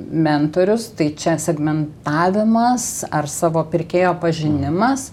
mentorius tai čia segmentavimas ar savo pirkėjo pažinimas